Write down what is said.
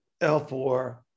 L4